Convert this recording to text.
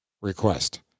request